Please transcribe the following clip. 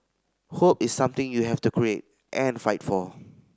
hope is something you have to create and fight for